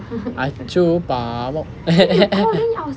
achu பாவம்:paavam